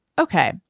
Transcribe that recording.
okay